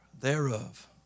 thereof